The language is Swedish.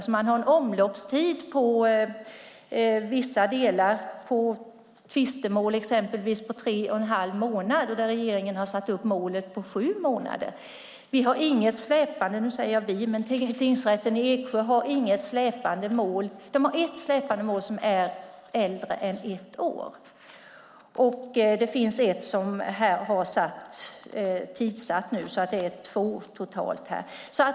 Den har en omloppstid på exempelvis vissa delar av tvistemål på tre och en halv månad där regeringen har satt målet vid sju månader. Vi - och då menar jag tingsrätten i Eksjö - har ett enda släpande mål som är äldre än ett år. Det finns också ett som är tidsatt nu, så det är totalt två.